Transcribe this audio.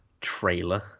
trailer